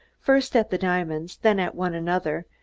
first at the diamonds, then at one another,